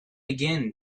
again